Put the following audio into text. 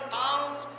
pounds